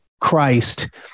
Christ